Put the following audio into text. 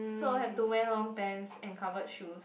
so have to wear long pants and covered shoes